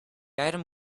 item